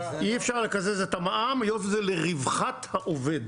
אי אפשר לקזז את המע"מ היות וזה לרווחת העובד.